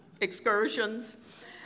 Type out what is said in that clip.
excursions